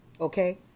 Okay